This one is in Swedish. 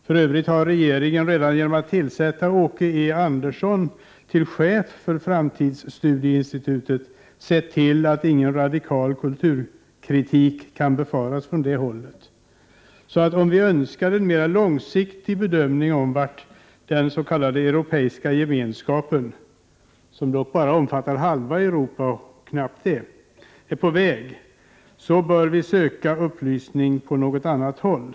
För övrigt har regeringen redan genom att tillsätta Åke E Andersson som chef för framtidsstudieinstitutet sett till att ingen radikal kulturkritik kan befaras från det hållet. Om vi alltså önskar en mera långsiktig bedömning om vart den s.k. Europeiska gemenskapen —- som dock omfattar bara halva Europa, och knappt det — är på väg så måste vi söka upplysning på annat håll.